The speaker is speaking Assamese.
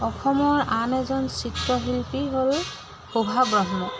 অসমৰ আন এজন চিত্ৰশিল্পী হ'ল শোভাব্ৰহ্ম